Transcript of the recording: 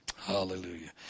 Hallelujah